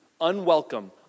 unwelcome